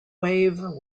wave